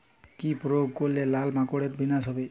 কি প্রয়োগ করলে লাল মাকড়ের বিনাশ হবে?